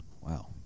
Wow